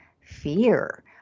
fear